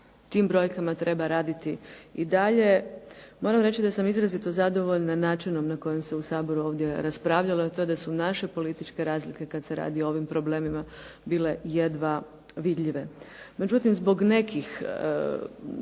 tim brojkama treba raditi i dalje. Moram reći da sam izrazito zadovoljna načinom na koji se u Saboru ovdje raspravljalo i to da su naše političke razlike kad se radi o ovim problemima bile jedva vidljive. Međutim, zbog nekih